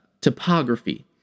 topography